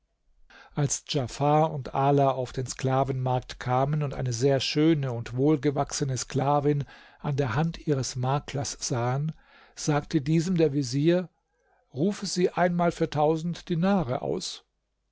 als djafar und ala auf den sklavenmarkt kamen und eine sehr schöne und wohlgewachsene sklavin an der hand ihres maklers sahen sagte diesem der vezier rufe sie einmal für tausend dinare aus